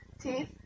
Teeth